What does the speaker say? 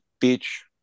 beach